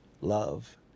love